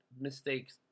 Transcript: mistakes